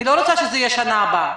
אני לא רוצה שזה יהיה בשנה הבאה.